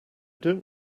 don’t